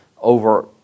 over